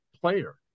player